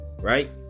Right